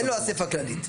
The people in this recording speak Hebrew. אין לו אסיפה כללית.